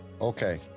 Okay